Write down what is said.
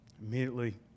Immediately